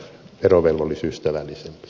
puhemies